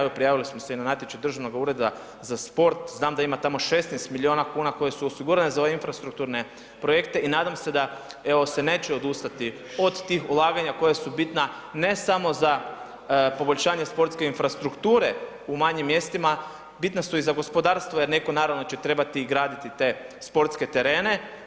Evo prijavili smo se i na natječaj Državnog ureda za sport, znam da tamo ima 16 milijuna kuna koje su osigurane za ove infrastrukturne projekte i nadam se da evo se neće odustati od tih ulaganja koja su bitna, ne samo za poboljšanje sportske infrastrukture u manjim mjestima, bitna su i za gospodarstvo jer neko naravno će trebati i graditi te sportske terene.